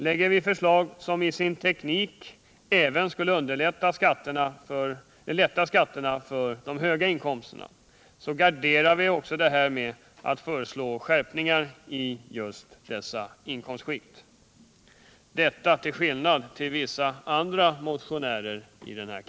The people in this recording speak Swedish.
Lägger vi förslag som i sin teknik innebär att även de höga inkomsttagarna skulle få skattelättnader, garderar vi det med att föreslå skärpningar i just dessa inkomstskikt — detta till skillnad från vissa andra motionärer här i kammaren.